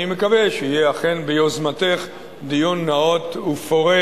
אני מקווה שיהיה, אכן ביוזמתך, דיון נאות ופורה